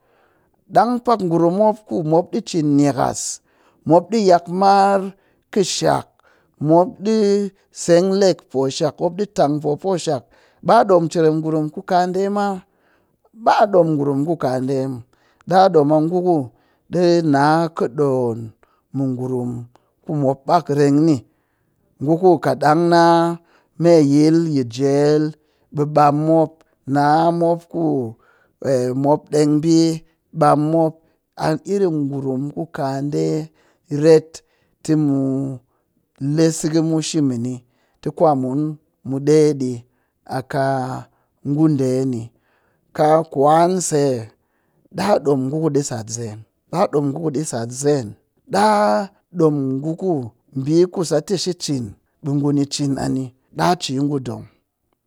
Ɗang pak ngurum mop ku mop ɗi cin nyakas mop ɗi yak mar kɨshak mop ɗi seng leg poshak mop ɗi tangpoo poshak ɓaa ɗom ngurum ku ɗe ma ba a ɗom ngurum ku ɗe muw, ɗaa ɗom a ngu ku ɗe na kɨɗoon mɨ ngurum ku rengni, nu ku katɗang na me yil yi jel ɓi ɓam mop na mop ku mop ɗeng ɓii ɓam mop a iri ngurum ku ka ɗe ret tɨ mu le sɨgkɨmu shi mɨni ti kwanmu mu ɗe ɗi a kaa ngu ɗe ni. Ka kwan se ɗaa ɗom ngu ɗi sat zeen, ɗaa ɗom ngu ɗi sat zeen ɗaa ɗom ngu sat tɨ ɓii ku shi cin ɓe ngu ni cin a ni ɗaa ci ngu dong.